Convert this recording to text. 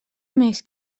més